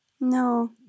No